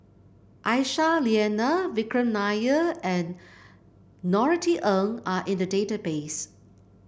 Aisyah Lyana Vikram Nair and Norothy Ng are in the database